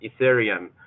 Ethereum